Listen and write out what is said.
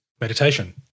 meditation